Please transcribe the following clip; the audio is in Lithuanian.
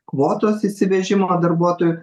kvotos įsivežimo darbuotojų